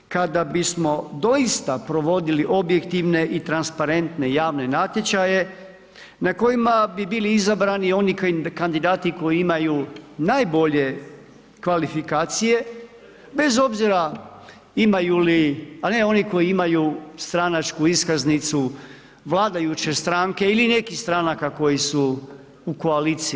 Kada bismo doista provodili objektivne i transparente javne natječaje, na kojima bi bili izabrani, oni kandidati koji imaju najbolje kvalifikacije, bez obzira imaju li, a ne oni koji imaju stranačku iskaznicu vladajuće stranke ili nekih stranaka koji su u koaliciji.